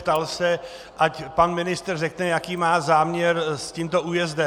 Ptal se, ať pan ministr řekne, jaký má záměr s tímto újezdem.